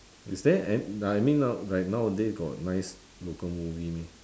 is there an~ I mean now like nowadays got nice local movie meh